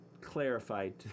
clarified